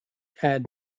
add